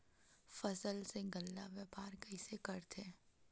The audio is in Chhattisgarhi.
फसल के गल्ला व्यापार कइसे करथे?